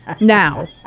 Now